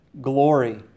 glory